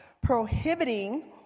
prohibiting